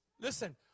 Listen